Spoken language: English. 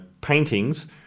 paintings